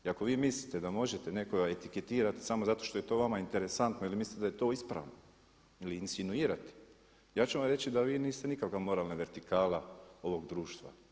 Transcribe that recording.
I ako vi mislite da možete nekoga etiketirati samo zato što je to vama interesantno ili mislite da je to ispravno ili insinuirate, ja ću vam reći da vi niste nikoga moralna vertikala ovog društva.